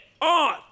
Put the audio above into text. on